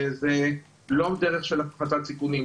זה לא דרך של הפחתת סיכונים,